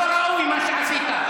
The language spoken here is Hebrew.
לא ראוי מה שעשית.